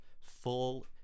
full